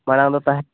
ᱢᱟᱲᱟᱝ ᱫᱚ ᱛᱟᱦᱮᱸ